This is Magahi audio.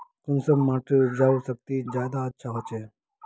कुंसम माटिर उपजाऊ शक्ति ज्यादा अच्छा होचए?